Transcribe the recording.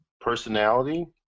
personality